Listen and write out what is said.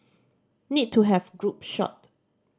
need to have group shot